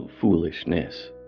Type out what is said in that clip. foolishness